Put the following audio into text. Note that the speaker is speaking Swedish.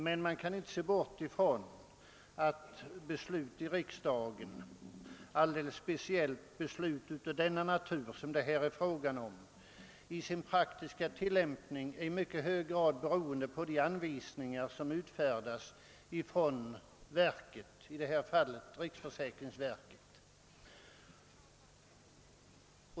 Men vi kan inte se bort från att beslut som fattas här i riksdagen — och alldeles speciellt beslut av den natur som det här är fråga om — för sin praktiska tillämpning i mycket hög grad är beroende av de anvisningar som utfärdas av vederbörande myndighet, i detta fall riksförsäkringsverket.